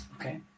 Okay